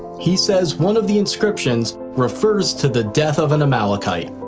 he says one of the inscriptions refers to the death of an amalekite.